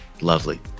Lovely